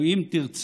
או אם תרצו,